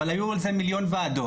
אבל היו על זה מיליון וועדות,